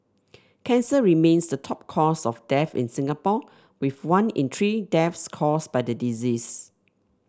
cancer remains the top cause of death in Singapore with one in three deaths caused by the disease